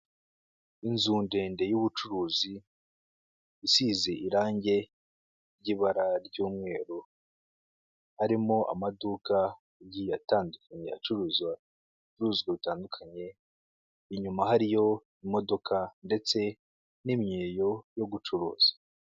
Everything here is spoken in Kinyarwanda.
Inzu ndende y'ubucuruzi isize irangi ry'ibara ry'umweru harimo amaduka agiye atandukanye acuruza uruzi rutandukanye, inyuma hariyo imodoka ndetse n'imyeyo yo gucuruza.